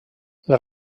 les